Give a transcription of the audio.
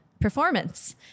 performance